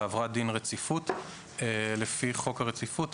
עברה דין רציפות לפי חוק הרציפות.